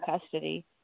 custody